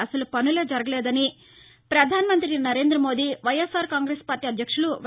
అసలు పనులే జరగడం లేదని ప్రధాన మంత్రి సరేంద్ర మోదీ వైఎస్సార్ కాంగ్రెస్ పార్టీ అధ్యక్షులు వై